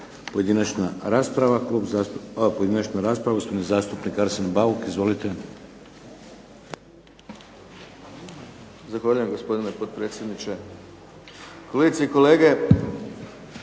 Pojedinačna rasprava. Gospodin zastupnik Arsen Bauk, izvolite. **Bauk, Arsen (SDP)** Zahvaljujem gospodine potpredsjedniče. Kolegice i kolege